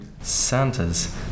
santa's